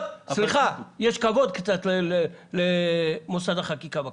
אבל אז אנחנו מאבדים את הקיץ.